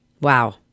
Wow